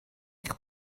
eich